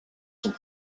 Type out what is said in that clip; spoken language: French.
sont